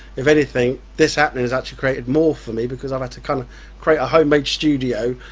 if anything this happening has actually created more for me because i've had to kind of create a home-made studio,